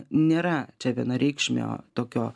nėra čia vienareikšmio tokio